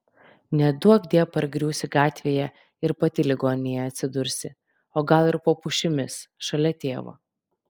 neduokdie pargriūsi gatvėje ir pati ligoninėje atsidursi o gal ir po pušimis šalia tėvo